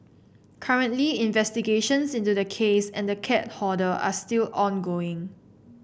currently investigations into the case and the cat hoarder are still ongoing